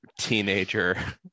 teenager